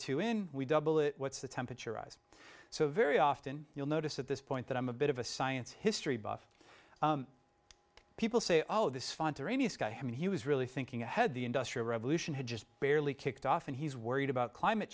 two in we double it what's the temperature rise so very often you'll notice at this point that i'm a bit of a science history buff people say oh this guy when he was really thinking ahead the industrial revolution had just barely kicked off and he's worried about climate